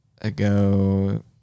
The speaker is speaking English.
ago